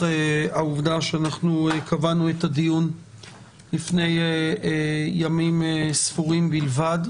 העובדה שקבענו את הדיון לפני ימים ספורים בלבד.